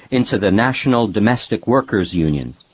into the national domestic workers union.